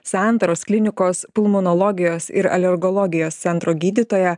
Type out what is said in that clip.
santaros klinikos pulmonologijos ir alergologijos centro gydytoją